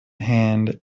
hand